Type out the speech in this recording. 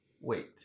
wait